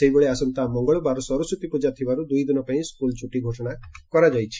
ସେହିଭଳି ଆସନ୍ତା ମଙ୍ଗଳବାର ସରସ୍ୱତୀ ପ୍ରକା ଥିବାର୍ସ ଦୁଇଦିନ ପାଇଁ ସ୍କୁଲ ଛୁଟି ଘୋଷଣା କରାଯାଇଛି